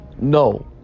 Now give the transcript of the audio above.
no